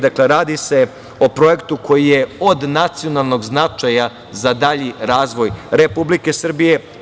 Dakle, radi se o projektu koji je od nacionalnog značaja za dalji razvoj Republike Srbije.